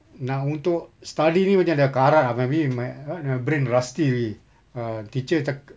nak untuk study ini macam dia karat ah maybe my what ah brain rusty already uh teacher caka~